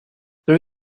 there